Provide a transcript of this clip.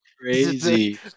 crazy